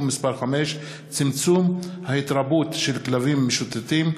מס' 5) (צמצום ההתרבות של כלבים משוטטים),